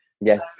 Yes